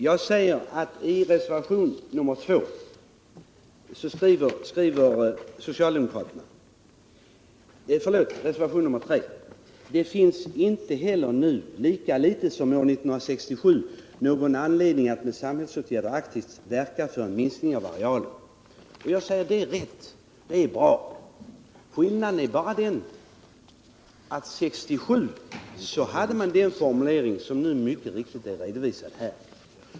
Jag säger att i reservationen 3 skriver socialdemokraterna: ”Det finns inte heller nu, lika litet som år 1967, någon anledning att med sam 27 hällsåtgärder aktivt verka för en minskning av arealen.” Och jag säger att det är rätt, det är bra. Skillnaden är bara den att 1967 hade man den formulering som nu mycket riktigt är redovisad här.